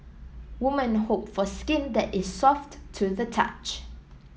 women hope for skin that is soft to the touch